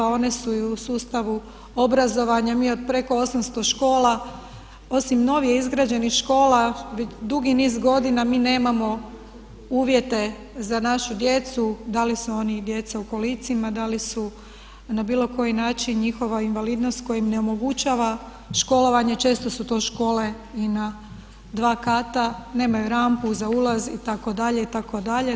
One su i u sustavu obrazovanja, mi od preko 800 škola osim novijih izgrađenih škola dugi niz godina, mi nemamo uvjete za našu djecu, da li su oni i djeca u kolicima, da li su na bilo koji način njihova invalidnost koja im ne omogućava školovanje, često su to škole i na dva kata, nemaju rampu za ulaz itd., itd.